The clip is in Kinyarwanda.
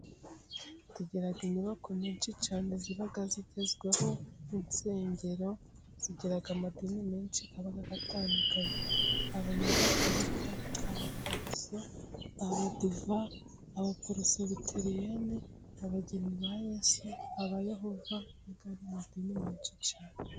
Tugira inyubako nyinshi cyane ziba zigezweho mu nsengero, zigira amadini menshi aba atandukanye: abanyagatolika, abaporoso, abadive, abaporosobiteriyene, abageni ba yesu, aba yehova n'ayandi madini menshi cyane.